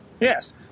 Yes